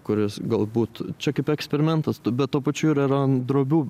kuris galbūt čia kaip eksperimentas bet tuo pačiu ir yra ant drobių